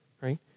right